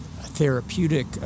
therapeutic